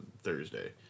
Thursday